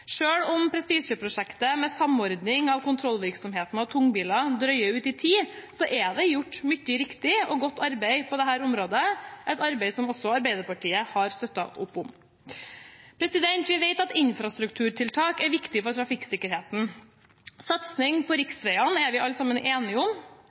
om prestisjeprosjektet med samordning av kontrollvirksomheten av tungbiler drøyer ut i tid, er det gjort mye riktig og godt arbeid på dette området – et arbeid som også Arbeiderpartiet har støttet opp om. Vi vet at infrastrukturtiltak er viktig for trafikksikkerheten. Satsing på